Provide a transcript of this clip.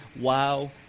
wow